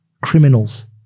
criminals